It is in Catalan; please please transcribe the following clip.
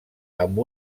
amb